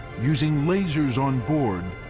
using lasers on board,